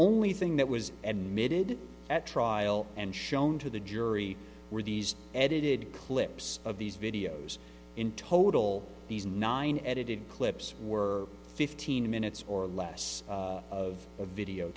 only thing that was and knitted at trial and shown to the jury were these edited clips of these videos in total these nine edited clips were fifteen minutes or less of a video